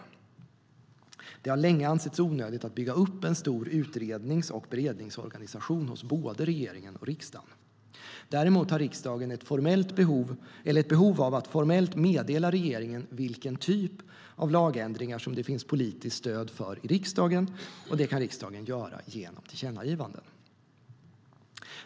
Det har länge ansetts onödigt att bygga upp en stor utrednings och beredningsorganisation hos både regeringen och riksdagen. Däremot har riksdagen ett behov av att formellt meddela regeringen vilken typ av lagändringar som det finns politiskt stöd för i riksdagen, och det kan riksdagen göra genom tillkännagivanden.